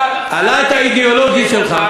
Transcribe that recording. הלהט האידיאולוגי שלך,